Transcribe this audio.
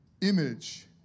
image